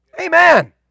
Amen